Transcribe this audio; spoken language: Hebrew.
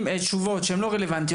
מביאים לפעמים תשובות שהם לא רלוונטיות,